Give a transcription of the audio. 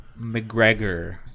McGregor